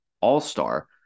all-star